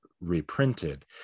reprinted